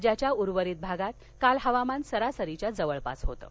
राज्याच्या उर्वरित भागात काल हवामान सरासरीच्या जवळपास होतं